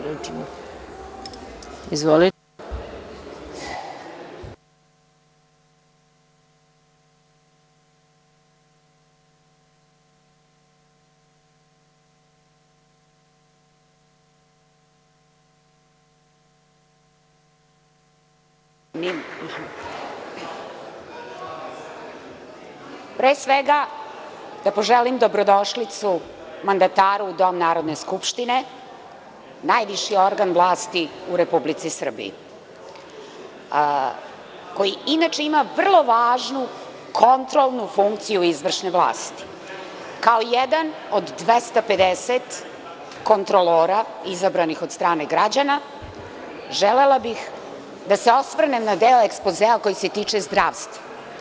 Pre svega da poželim dobrodošlicu mandataru u dom Narodne skupštine, najviši organ vlasti u Republici Srbiji, koji inače ima vrlo važnu kontrolnu funkciju izvršne vlasti, kao jedan od 250 kontrolora izabranih od strane građana želela bih da se osvrnem na deo ekspozea koji se tiče zdravstva.